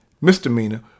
misdemeanor